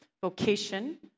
vocation